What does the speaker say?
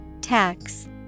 Tax